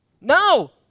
No